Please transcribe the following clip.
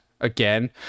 again